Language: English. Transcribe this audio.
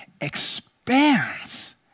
expands